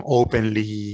openly